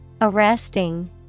Arresting